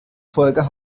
folge